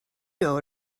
know